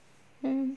mm